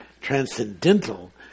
transcendental